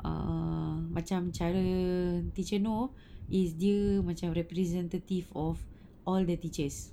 err macam cara teacher know is dia macam representative of all the teachers